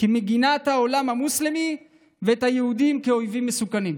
כמגינת העולם המוסלמי ואת היהודים כאויבים מסוכנים.